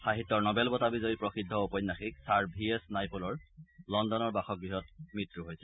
সাহিত্যৰ নবেল বঁটা বিজয়ী প্ৰসিদ্ধ ওপন্যাসিক ছাৰ ভি এছ নাইপুলৰ লণ্ডনৰ বাসগৃহত মৃত্যু হৈছে